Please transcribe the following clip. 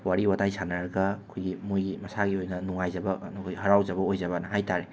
ꯋꯥꯔꯤ ꯋꯥꯇꯥꯏ ꯁꯥꯟꯅꯔꯒ ꯑꯩꯈꯣꯏꯒꯤ ꯃꯣꯏꯒꯤ ꯃꯁꯥꯒꯤ ꯑꯣꯏꯅ ꯅꯨꯡꯉꯥꯏꯖꯕ ꯑꯩꯈꯣꯏ ꯍꯔꯥꯎꯖꯕ ꯑꯣꯏꯖꯕꯅ ꯍꯥꯏꯕ ꯇꯥꯔꯦ